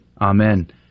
Amen